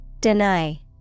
Deny